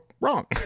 wrong